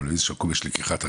אבל באיזשהו מקום יש לקיחת אחריות.